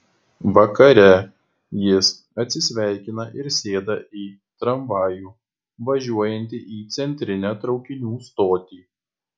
vakare jis atsisveikina ir sėda į tramvajų važiuojantį į centrinę traukinių stotį